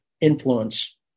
influence